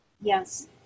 Yes